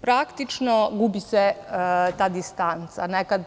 Praktično, gubi se ta distanca, nekada